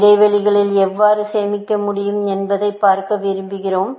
இடைவெளிகளில் எவ்வாறு சேமிக்க முடியும் என்பதைப் பார்க்க விரும்புகிறோம்